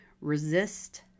Resist